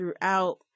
throughout